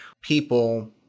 people